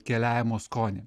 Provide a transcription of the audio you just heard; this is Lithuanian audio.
keliavimo skonį